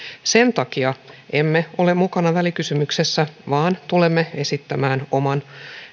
sen takia emme ole mukana välikysymyksessä vaan tulemme esittämään oman